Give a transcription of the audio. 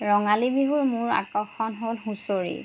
ৰঙালী বিহুৰ মূল আকৰ্ষণ হ'ল হুঁচৰি